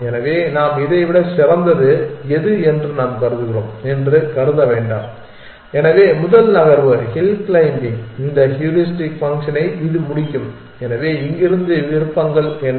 எனவே நாம் இதைவிட சிறந்தது எது என்று நாம் கருதுகிறோம் என்று கருத வேண்டாம் எனவே முதல் நகர்வு ஹில் க்ளைம்பிங் இந்த ஹூரிஸ்டிக் ஃபங்க்ஷனை இது முடிக்கும் எனவே இங்கிருந்து விருப்பங்கள் என்ன